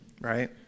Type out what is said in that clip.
Right